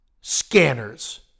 Scanners